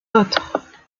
autres